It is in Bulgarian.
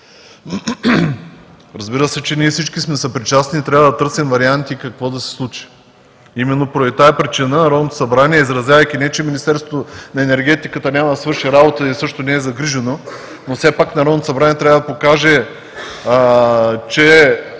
Разбира се, че всички сме съпричастни и трябва да търсим варианти какво да се случи. Именно поради тази причина Народното събрание, изразявайки не че Министерството на енергетиката няма да свърши работата и не е загрижено, но все пак Народното събрание трябва да покаже, че